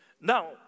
Now